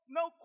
no